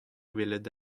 welet